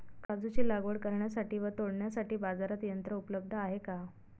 काजूची लागवड करण्यासाठी व तोडण्यासाठी बाजारात यंत्र उपलब्ध आहे का?